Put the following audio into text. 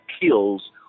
kills